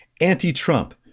anti-Trump